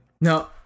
no